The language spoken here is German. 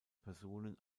personen